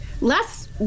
less